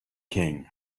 king